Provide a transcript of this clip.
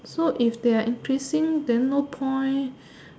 so if they are increasing then no point